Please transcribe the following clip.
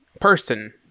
person